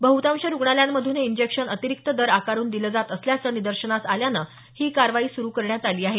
बहुतांश रुग्णालयांमधून हे इंजेक्शन अतिरिक्त दर आकारून दिलं जात असल्याचं निदर्शनास आल्यानं ही कार्यवाही सुरू करण्यात आली आहे